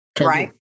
Right